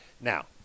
Now